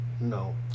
No